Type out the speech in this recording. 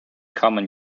common